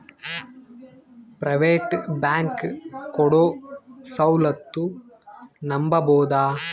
Private bank ಕೊಡೊ ಸೌಲತ್ತು ನಂಬಬೋದ?